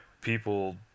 people